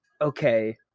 Okay